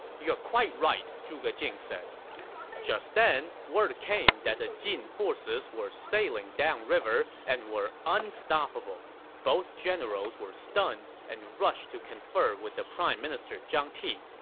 you are quite right, zhuge jing said just then, word came that the jin forces were sailing down river and were unstoppable. both generals were stunned and rushed to confer with the prime minister zhang ti.